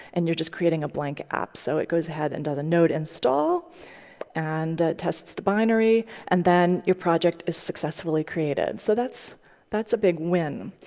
and you're just creating a blank app. so it goes ahead and does a node install and tests the binary, and then your project is successfully created. so that's that's a big win.